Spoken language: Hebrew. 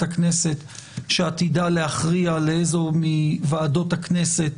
הכנסת שעתידה להכריע לאיזו מוועדות הכנסת